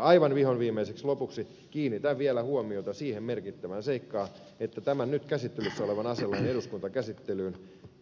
aivan vihonviimeiseksi lopuksi kiinnitän vielä huomiota siihen merkittävään seikkaan että tämän nyt käsittelyssä olevan aselain eduskuntakäsittelyssä